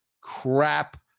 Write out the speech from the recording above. crap